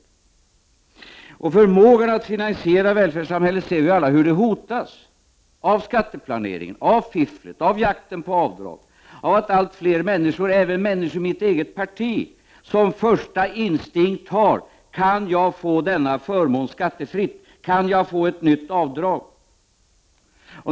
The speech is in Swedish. Vi ser alla hur vår förmåga att finansiera välfärdssamhället hotas av skatteplaneringen, av fifflet, av jakten på avdrag, av att allt fler människoräven människor i mitt eget parti — som första instinkt strävar efter att få förmåner skattefritt och nya avdrag.